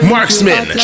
Marksman